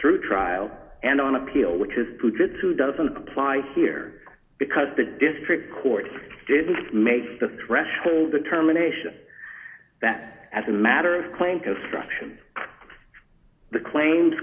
through trial and on appeal which is putrid too doesn't apply here because the district court didn't make the threshold determination that as a matter of claim construction the claims